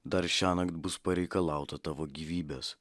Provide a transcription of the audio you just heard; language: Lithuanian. dar šiąnakt bus pareikalauta tavo gyvybės